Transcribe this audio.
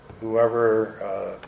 whoever